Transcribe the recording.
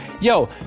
yo